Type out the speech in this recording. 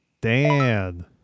Dan